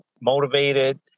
motivated